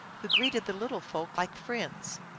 who greeted the little folk like friends.